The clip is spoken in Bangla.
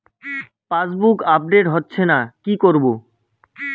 পাসবুক আপডেট হচ্ছেনা কি করবো?